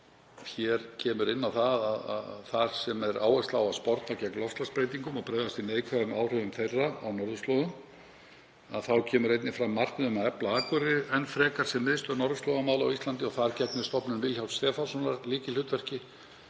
kemur inn á það að þar er lögð áhersla á að sporna gegn loftslagsbreytingum og bregðast við neikvæðum áhrifum þeirra á norðurslóðum og þar kemur einnig fram markmið um að efla Akureyri enn frekar sem miðstöð norðurslóðamála á Íslandi. Þar gegnir Stofnun Vilhjálms Stefánssonar lykilhlutverki